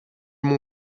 mon